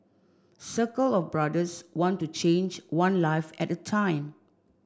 circle of brothers want to change one life at time